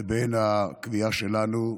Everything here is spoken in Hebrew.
לבין הקביעה שלנו,